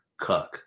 cuck